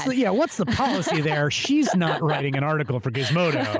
yeah, what's the policy there? she's not writing an article for gizmodo.